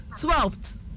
Twelfth